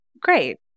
great